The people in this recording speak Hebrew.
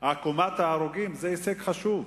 עקומת ההרוגים, היא הישג חשוב.